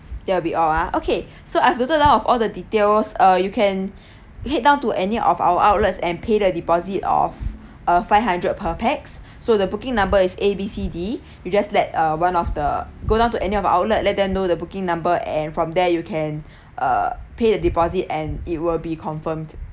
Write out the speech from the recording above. there will be all ah okay so I've noted down of all the details err you can head down to any of our outlets and pay the deposit of uh five hundred per pax so the booking number is A B C D you just let uh one of the go down to any of the outlet let them know the booking number and from there you can uh pay the deposit and it will be confirmed